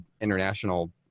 international